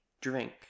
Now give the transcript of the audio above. drink